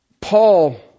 Paul